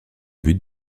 but